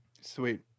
Sweet